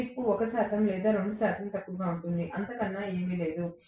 slip 1 శాతం లేదా 2 శాతం తక్కువగా ఉంటుంది అంతకన్నా ఎక్కువ ఏమీ లేదు